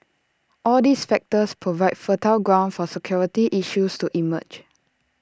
all these factors provide fertile ground for security issues to emerge